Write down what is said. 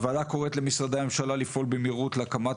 הוועדה קוראת למשרדי הממשלה לפעול במהירות להקמת